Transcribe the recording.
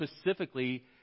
specifically